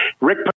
Rick